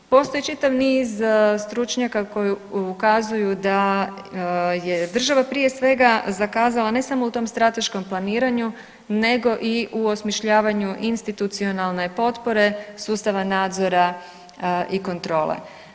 Postoji čitav niz stručnjaka koji ukazuju da je država prije svega zakazala ne samo u tom strateškom planiranju nego i u osmišljavanju institucionalne potpore sustava nadzora i kontrole.